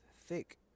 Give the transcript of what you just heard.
thick